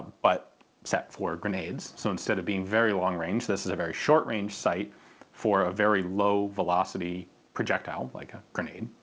but set for grenades. so instead of being very long-range this is a very short range sight for a very low velocity projectile like a grenade.